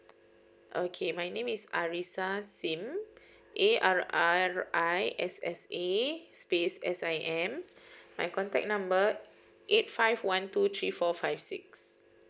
okay my name is arrissa sim A R R I S S A space S I M my contact number eight five one two three four five six